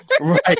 right